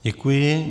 Děkuji.